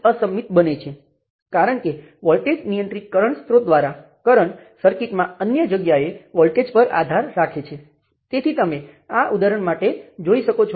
તો મારી પાસે આ હશે અને તમે જોશો કે આ Rm કારણ કે Ix અહીં છે અને Ix I1 I3 Rm એ I1 ના ગુણાંકમાં ઉમેરાય છે અને I3 ના ગુણાંકમાંથી બાદ થાય છે